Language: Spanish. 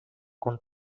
con